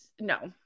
No